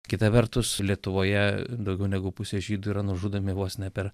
kita vertus lietuvoje daugiau negu pusė žydų yra nužudomi vos ne per